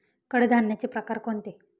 कडधान्याचे प्रकार कोणते?